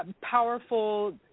powerful